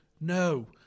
No